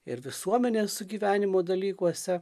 ir visuomenės sugyvenimo dalykuose